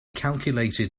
calculated